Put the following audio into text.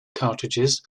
cartridges